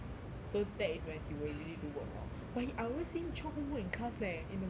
so that is when he will really do work lor but he I always see him chiong homework in class leh in the morning